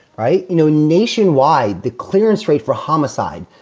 right. you know, nationwide, the clearance rate for homicide,